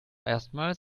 erstmals